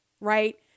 Right